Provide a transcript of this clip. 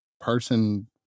person